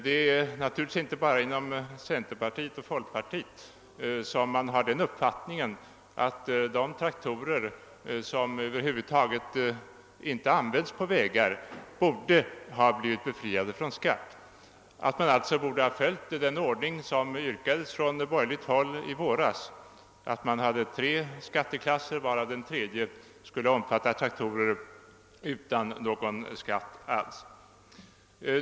Det är naturligtvis inte bara inom centerpartiet och folkpartiet som man har den uppfattningen att de traktorer, som över hu vud taget inte används på vägar, borde ha blivit befriade från skatt och att man alltså borde ha följt den ordning som påyrkades från borgerligt håll i våras, nämligen att man skulle ha tre skaiteklasser, varav den tredje skulle omfatta traktorer utan någon skatt.